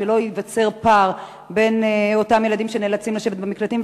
שלא ייווצר פער בין אותם ילדים שנאלצים לשבת במקלטים,